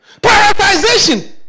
Prioritization